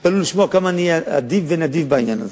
תתפלאו לשמוע כמה אני אהיה אדיב ונדיב בעניין הזה.